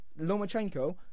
Lomachenko